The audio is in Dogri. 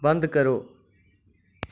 बंद करो